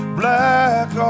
black